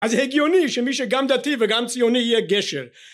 אז הגיוני שמי שגם דתי וגם ציוני יהיה גשר